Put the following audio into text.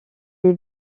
est